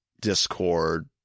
Discord